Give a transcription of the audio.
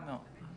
מה עם המובטלים?